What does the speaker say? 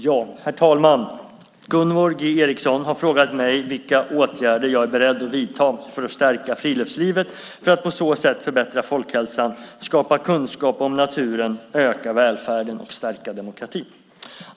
Herr talman! Gunvor G Ericson har frågat mig vilka åtgärder jag är beredd att vidta för att stärka friluftslivet för att på så sätt förbättra folkhälsan, skapa kunskap om naturen, öka välfärden och stärka demokratin.